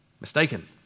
mistaken